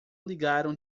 ligaram